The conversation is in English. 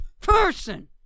person